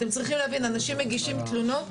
אתם צריכים להבין: אנשים מגישים תלונות,